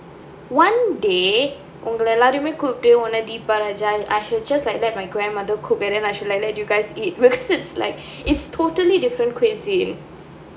one day உங்கள எல்லாரையுமே கூப்பிட்டு உன்ன:ungala ellaraiyumae koopittu unna deepa raja I should just like let my grandmother cook and then I should like let you guys eat because it's like it's totally different cuisine